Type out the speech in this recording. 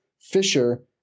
Fisher